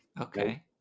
Okay